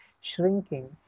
shrinking